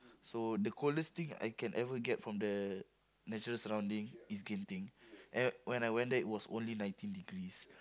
so the coldest thing I can ever get from the natural surrounding is Genting and when I went there it was only nineteen degrees